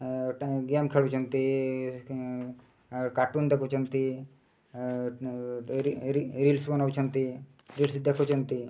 game ଖେଳୁଛନ୍ତି cartoon ଦେଖୁଛନ୍ତି reels ବନଉଛନ୍ତି ରିଲ୍ସ ଦେଖୁଛନ୍ତି